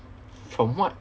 from what